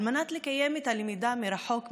על מנת לקיים את הלמידה מרחוק,